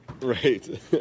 Right